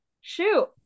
Shoot